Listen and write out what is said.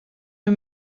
hun